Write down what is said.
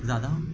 زیادہ